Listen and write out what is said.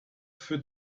für